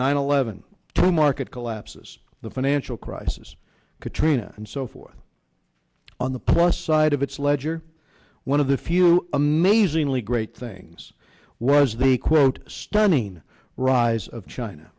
nine eleven to market collapses the financial crisis katrina and so forth on the plus side of its ledger one of the few amazingly great things was the quote stunning rise of china